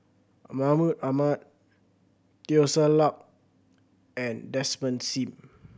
Mahmud Ahmad Teo Ser Luck and Desmond Sim